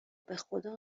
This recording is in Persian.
بخدا